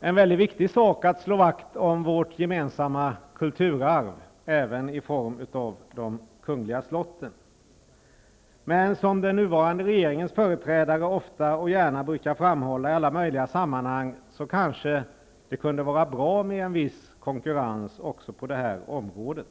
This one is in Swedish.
det är väldigt viktigt att slå vakt om vårt gemensamma kulturarv, även i form av de kungliga slotten. Men som den nuvarande regeringens företrädare ofta och gärna brukar framhålla i alla möjliga sammanhang kunde det kanske vara bra med en viss konkurrens även på det här området.